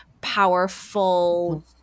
powerful